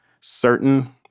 certain